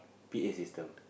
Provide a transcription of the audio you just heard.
P_A system